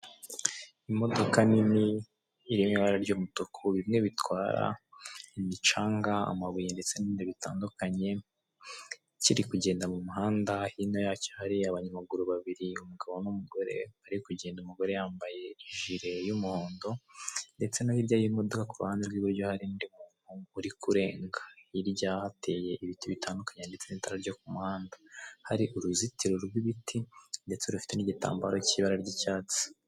Imodoka nini iri mu ibara ry'umutuku bimwe bitwara amabauye, umucanga ndetse n'ibindi bintu bitandukanye kiri kugenda mu muhanda hino yacyo hari abanyamaguru babiri hakabamo umugore ari kugenda umugore yambaye ijire y'umuhondo ndetse no hirya y'imodoka ku ruhande rw'iburyo hari undi muntu uri kurenga, hirya hateye ibiti bitandukanye ndetse n'itara ryo ku muhanda hari uruzitiro rw'ibiti ndetse rufite n'igitambo cy'ibara ry'icyatsi.